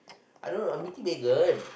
I don't know I'm meeting Megan